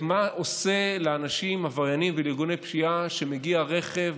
מה זה עושה לאנשים עבריינים ולארגוני פשיעה שמגיע רכב,